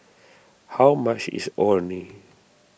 how much is Orh Nee